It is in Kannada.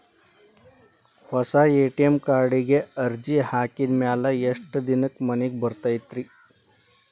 ಹೊಸಾ ಎ.ಟಿ.ಎಂ ಕಾರ್ಡಿಗೆ ಅರ್ಜಿ ಹಾಕಿದ್ ಮ್ಯಾಲೆ ಎಷ್ಟ ದಿನಕ್ಕ್ ಮನಿಗೆ ಬರತೈತ್ರಿ?